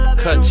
cut